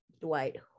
Dwight